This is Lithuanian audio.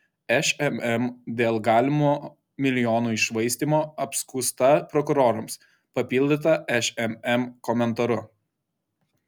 šmm dėl galimo milijonų iššvaistymo apskųsta prokurorams papildyta šmm komentaru